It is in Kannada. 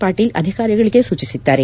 ಪಾಟೀಲ್ ಅಧಿಕಾರಿಗಳಿಗೆ ಸೂಚಿಸಿದ್ದಾರೆ